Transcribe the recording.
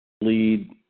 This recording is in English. lead